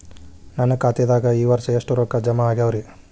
ನನ್ನ ಖಾತೆದಾಗ ಈ ವರ್ಷ ಎಷ್ಟು ರೊಕ್ಕ ಜಮಾ ಆಗ್ಯಾವರಿ?